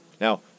Now